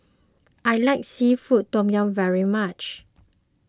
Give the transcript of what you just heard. I like Seafood Tom Yum very much